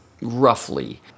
roughly